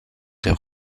des